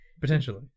potentially